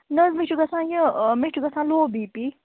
نہَ حظ مےٚ چھُ گَژھان یہِ مےٚ چھُ گَژھان لو بی پی